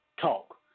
talk